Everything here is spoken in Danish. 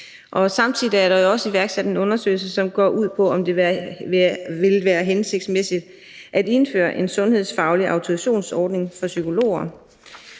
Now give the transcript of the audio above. Samtidig er der også iværksat en undersøgelse, som går ud på at klarlægge, om det vil være hensigtsmæssigt at indføre en sundhedsfaglig autorisationsordning for psykologer.